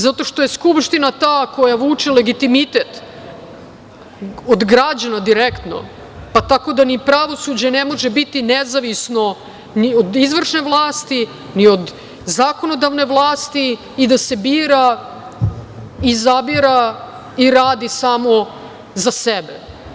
Zato što je Skupština ta koja vuče legitimitet od građana direktno, tako da ni pravosuđe ne može biti nezavisno ni od izvršne vlasti, ni od zakonodavne vlasti i da se bira, izabira i radi samo za sebe.